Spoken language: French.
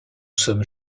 sommes